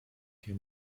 dir